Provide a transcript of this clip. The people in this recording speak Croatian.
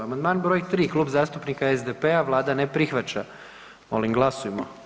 Amandman broj 3. Klub zastupnika SDP-a, Vlada ne prihvaća, molim glasujmo.